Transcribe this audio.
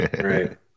Right